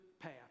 path